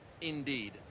indeed